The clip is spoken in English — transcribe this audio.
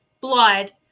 blood